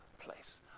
place